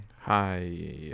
Hi